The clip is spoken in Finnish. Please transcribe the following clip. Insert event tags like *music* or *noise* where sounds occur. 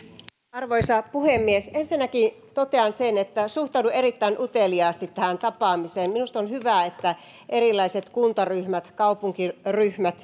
arvoisa puhemies ensinnäkin totean sen että suhtaudun erittäin uteliaasti tähän tapaamiseen minusta on hyvä että erilaiset kuntaryhmät kaupunkiryhmät *unintelligible*